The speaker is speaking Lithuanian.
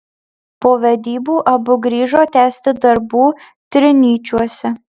po vedybų abu grįžo tęsti darbų trinyčiuose